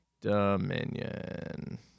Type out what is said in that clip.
Dominion